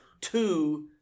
two